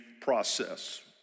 process